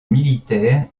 militaire